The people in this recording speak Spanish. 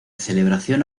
celebración